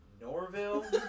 Norville